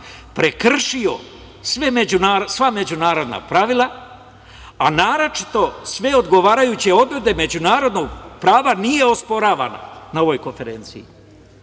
prekršio sva međunarodna pravila, a naročito sve odgovarajuće odredbe međunarodnog prava nije osporavana na ovoj konferenciji.